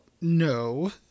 no